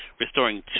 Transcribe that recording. restoring